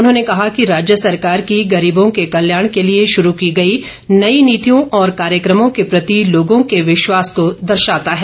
उन्होंने कहा कि राज्य सरकार की गरीबों के कल्याण के लिए शुरू की गई नई नीतियों और कार्यकमों के प्रति लोगों के विश्वास को दर्शाता है